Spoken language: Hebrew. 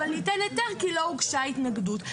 אבל ניתן היתר כי לא הוגשה התנגדות.